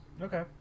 Okay